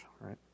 right